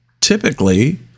typically